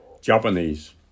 Japanese